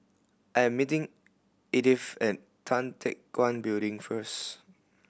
I am meeting Edyth at Tan Teck Guan Building first